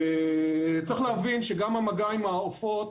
צריך להבין שגם המגע עם העופות